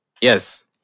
Yes